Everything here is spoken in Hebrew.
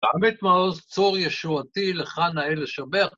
‫תעמת מעוז צור ישועתי ‫לכאן נאה לשבח.